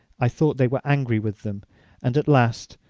i thought they were angry with them and, at last,